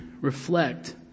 reflect